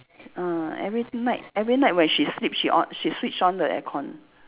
ah every night every night when she sleeps she on she switch on the aircon